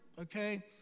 okay